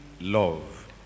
love